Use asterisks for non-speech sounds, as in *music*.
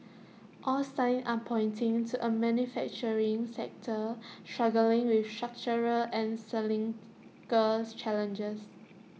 all signs are pointing to A manufacturing sector struggling with structural and cyclical *unintelligible* challenges